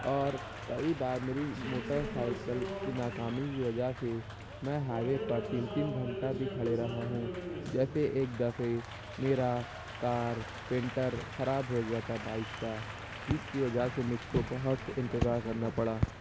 اور کئی بار میری موٹر سائیکل کی ناکامی کی وجہ سے میں ہائیوے پر تین تین گھنٹہ بھی کھڑے رہا ہوں جیسے ایک دفعے میرا کارپینٹر خراب ہو گیا تھا بائک کا جس کی وجہ سے مجھ کو بہت انتظار کرنا پڑا